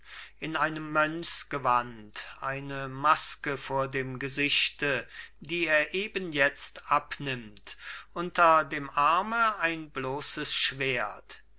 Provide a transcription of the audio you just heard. in einem mönchsgewand eine maske vor dem gesichte die er eben jetzt abnimmt unter dem arme ein bloßes schwert